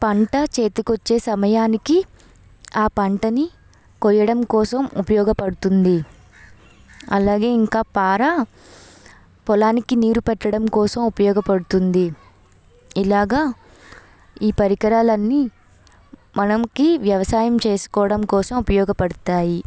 పంట చేతికి వచ్చే సమయానికి ఆ పంటని కోయడం కోసం ఉపయోగపడుతుంది అలాగే ఇంకా పార పొలానికి నీరు పెట్టడం కోసం ఉపయోగపడుతుంది ఇలాగ ఈ పరికరాలు అన్నీ మనకి వ్యవసాయం చేసుకోవడం కోసం ఉపయోగపడతాయి